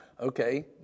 Okay